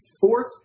fourth